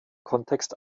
kontext